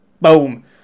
boom